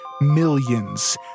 millions